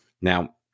Now